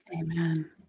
Amen